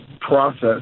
process